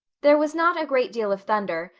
there was not a great deal of thunder,